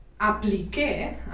apliqué